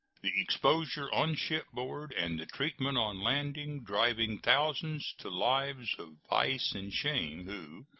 the exposures on shipboard and the treatment on landing driving thousands to lives of vice and shame who,